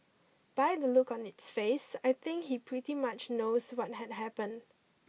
by the look on its face I think he pretty much knows what had happened